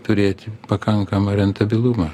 turėti pakankamą rentabilumą